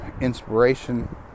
inspiration